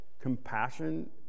compassion